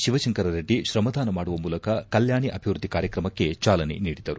ಶಿವಶಂಕರರೆಡ್ಡಿ ತ್ರಮದಾನ ಮಾಡುವ ಮೂಲಕ ಕಲ್ಕಾಣೆ ಅಭಿವೃದ್ಧಿ ಕಾರ್ಯಕ್ರಮಕ್ಕೆ ಚಾಲನೆ ನೀಡಿದರು